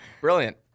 Brilliant